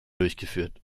durchgeführt